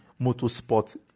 Motorsport